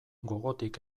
gogotik